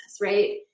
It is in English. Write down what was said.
right